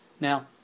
Now